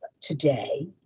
today